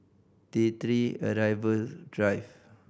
T Three Arrival Drive